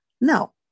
No